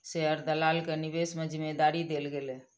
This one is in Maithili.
शेयर दलाल के निवेश के जिम्मेदारी देल गेलै